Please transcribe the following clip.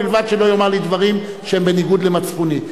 ובלבד שלא יאמר לי דברים שהם בניגוד למצפוני.